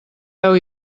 veu